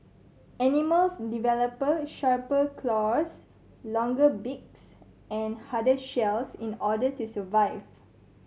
animals develop sharper claws longer beaks and harder shells in order to survive